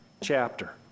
chapter